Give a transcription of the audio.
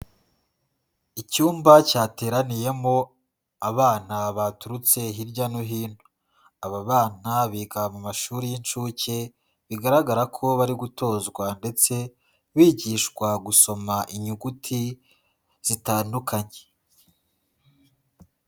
Icyumba cyateraniyemo abana baturutse hirya no hino, aba bana biga mu mashuri y'incuke, bigaragara ko bari gutozwa ndetse bigishwa gusoma inyuguti zitandukanye.